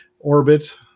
Orbit